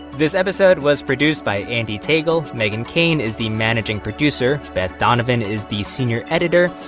this episode was produced by andee tagle. meghan keane is the managing producer. beth donovan is the senior editor.